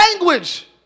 language